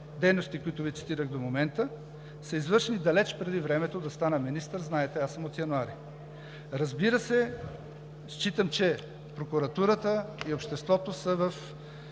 дейности, които Ви цитирах до момента, са извършени далеч преди времето преди да стана министър, знаете, аз съм от януари. Разбира се, считам, че прокуратурата и обществото са в